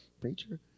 preacher